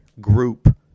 group